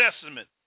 Testament